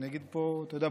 אתה יודע,